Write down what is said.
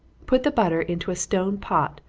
put the butter into a stone pot,